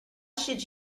should